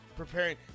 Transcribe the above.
preparing